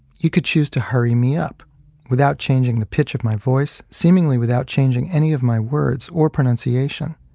you could choose to hurry me up without changing the pitch of my voice, seemingly without changing any of my words or pronunciation,